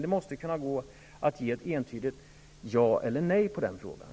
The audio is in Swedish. Det måste gå att svara entydigt ja eller nej på frågan.